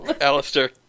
Alistair